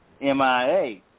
MIA